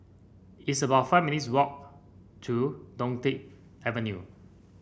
it's about five minutes' walk to Dunkirk Avenue